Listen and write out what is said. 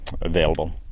available